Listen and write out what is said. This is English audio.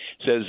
says